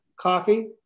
coffee